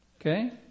Okay